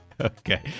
Okay